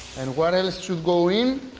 and what else should go in?